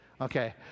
okay